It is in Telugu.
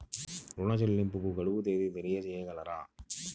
ఋణ చెల్లింపుకు గడువు తేదీ తెలియచేయగలరా?